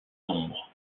nombres